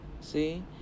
see